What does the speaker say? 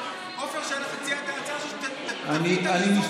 הטיעונים האלה לא מופיעים,